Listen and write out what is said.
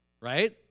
right